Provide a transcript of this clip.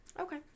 Okay